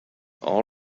all